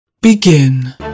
Begin